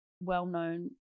well-known